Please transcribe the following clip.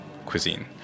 cuisine